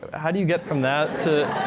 how do you get from that to